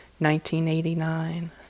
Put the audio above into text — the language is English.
1989